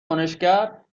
کنشگر